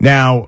Now